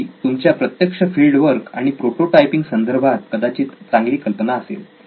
ही तुमच्या प्रत्यक्ष field work आणि प्रोटोटायपिंग संदर्भात कदाचित चांगली कल्पना असेल